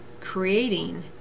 creating